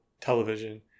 television